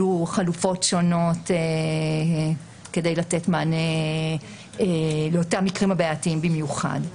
עלו חלופות שונות כדי לתת מענה לאותם מקרים בעייתיים במיוחד.